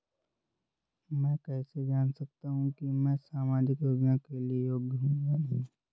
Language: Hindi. मैं कैसे जान सकता हूँ कि मैं सामाजिक योजना के लिए योग्य हूँ या नहीं?